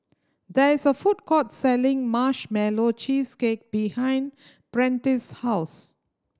there is a food court selling Marshmallow Cheesecake behind Prentice house